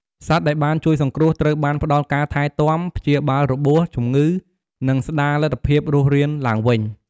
សត្វដែលបានជួយសង្គ្រោះត្រូវបានផ្តល់ការថែទាំ ព្យាបាលរបួស ជំងឺ និងស្តារលទ្ធភាពរស់រានឡើងវិញ។